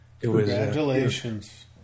Congratulations